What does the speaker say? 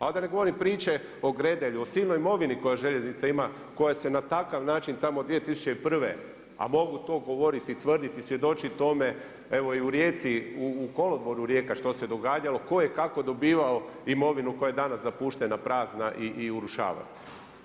A da ne govorim priče o Gredelju, o silnoj imovini koju željeznica ima koja se na takav način tamo od 2001., a mogu o tome govoriti, tvrditi, svjedoči tome evo i u Rijeci u kolodvoru Rijeka što se događalo tko je kako dobivao imovinu koja je danas zapuštena, prazna i urušava se.